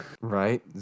right